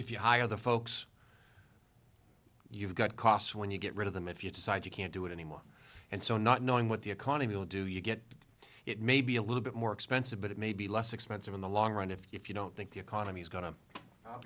if you hire other folks you've got costs when you get rid of them if you decide you can't do it anymore and so not knowing what the economy will do you get it maybe a little bit more expensive but it may be less expensive in the long run if you don't think the economy's go